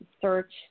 search